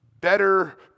better